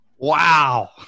Wow